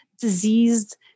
diseased